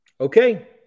Okay